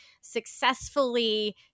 successfully